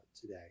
today